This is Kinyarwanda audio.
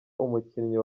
umukinnyi